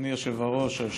עד חמש דקות.